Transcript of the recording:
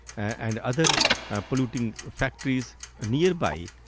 and other polluting factories ah nearby.